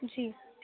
جی